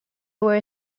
were